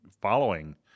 following